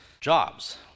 jobs